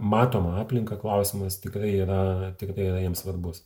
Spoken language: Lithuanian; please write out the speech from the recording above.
matomą aplinką klausimas tikrai yra tikrai jiems svarbus